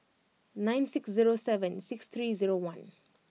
nine six zero seven six three zero one